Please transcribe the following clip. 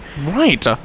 right